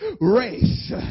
race